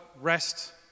rest